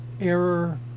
error